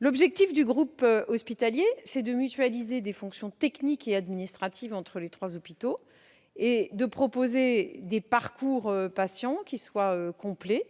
L'objectif du groupe hospitalier est de mutualiser des fonctions techniques et administratives entre les trois hôpitaux et de proposer des « parcours-patients » complets